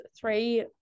three